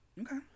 okay